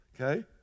Okay